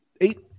eight